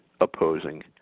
opposing